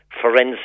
forensic